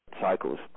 cycles